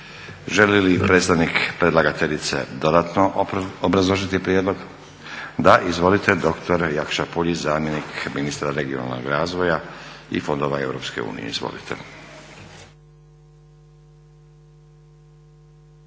Želi li predstavnik predlagateljice dodatno obrazložiti prijedlog? Da. Izvolite doktore Jakša Puljiz, zamjenik ministra regionalnog razvoja i fondova EU. Izvolite.